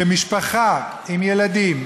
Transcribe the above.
שמשפחה עם ילדים,